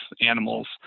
animals